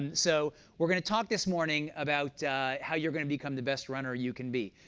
and so we're going to talk this morning about how you're going to become the best runner you can be.